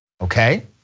okay